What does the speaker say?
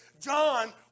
John